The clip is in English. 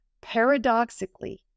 paradoxically